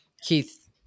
Keith